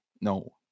No